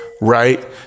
right